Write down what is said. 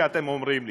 שאתם אומרים לי,